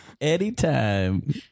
Anytime